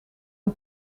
een